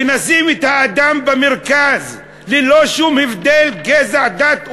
שנשים את האדם במרכז, ללא שום הבדלי גזע, דת ומין.